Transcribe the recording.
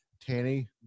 tanny